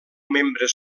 membre